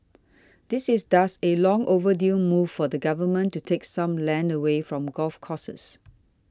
this is thus a long overdue move for the Government to take some land away from golf courses